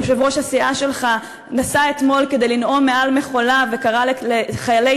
יושב-ראש הסיעה שלך נסע אתמול כדי לנאום מעל מכולה וקרא לחיילי